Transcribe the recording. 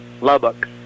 Lubbock